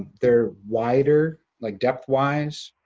they're wider, like depth-wise,